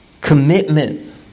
commitment